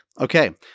Okay